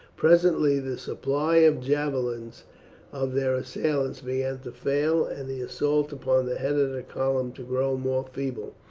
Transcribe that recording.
presently the supply of javelins of their assailants began to fail, and the assaults upon the head of the column to grow more feeble,